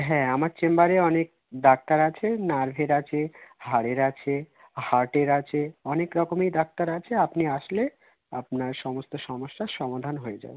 হ্যাঁ আমার চেম্বারে অনেক ডাক্তার আছে নার্ভের আছে হাড়ের আছে হার্টের আছে অনেক রকমই ডাক্তার আছে আপনি আসলে আপনার সমস্ত সমস্যার সমাধান হয়ে যাবে